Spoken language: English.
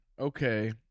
Okay